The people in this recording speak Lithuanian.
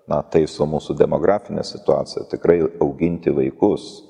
na taiso mūsų demografinę situaciją tikrai auginti vaikus